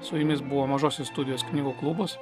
su jumis buvo mažosios studijos knygų klubas